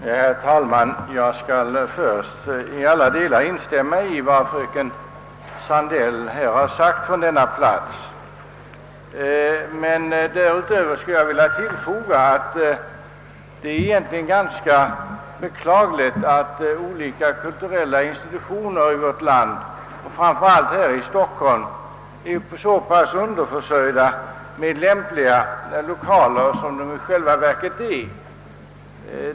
Herr talman! Jag vill först till alla delar instämma i vad fröken Sandell nyss sade. Därutöver skulle jag vilja tillfoga att det är beklagligt att olika kulturella institutioner i vårt land, framför allt här i Stockholm, är så pass underförsörjda med lämpliga lokaler som de är.